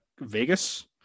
Vegas